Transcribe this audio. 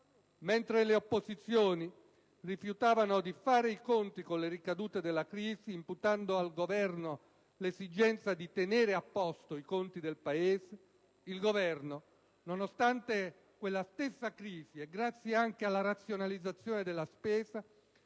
Mentre le opposizioni rifiutavano di fare i conti con le ricadute della crisi, imputando al Governo l'esigenza di tenere a posto i conti del Paese, il Governo, nonostante quella stessa crisi e grazie anche alla razionalizzazione della spesa,